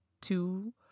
two